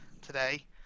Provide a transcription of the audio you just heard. today